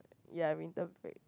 ya winter break